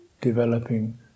developing